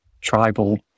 tribal